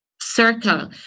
circle